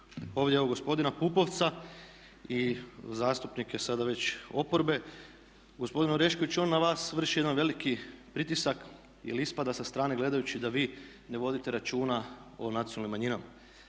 ovdje evo gospodina Pupovca i zastupnike sada već oporbe, gospodin Orešković on na vas vrši jedan veliki pritisak jer ispada sa strane gledajući da vi ne vodite računa o nacionalnim manjinama.